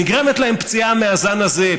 נגרמת להם פציעה מהזן הזה,